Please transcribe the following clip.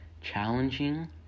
Challenging